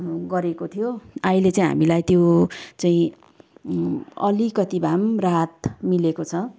गरेको थियो अहिले चाहिँ हामीलाई त्यो चाहिँ अलिकति भए पनि राहत मिलेको छ